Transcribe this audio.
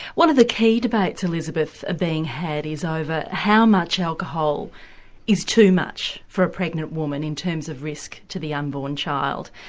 one of the key debates, elizabeth, being had is over how much alcohol is too much for a pregnant woman in terms of risk to the unborn child.